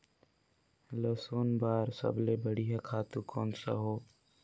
लसुन बार सबले बढ़िया खातु कोन सा हो?